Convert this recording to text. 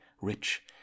rich